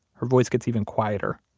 her voice gets even quieter.